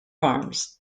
farms